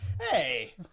Hey